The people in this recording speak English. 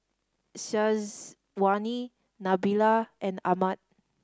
Syazwani Nabila and Ahmad